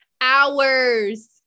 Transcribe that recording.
Hours